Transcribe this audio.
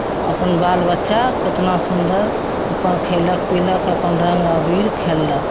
अपन बाल बच्चा केतना सुन्दर अपन खयलक पीलक अपन रङ्ग अबीर खेललक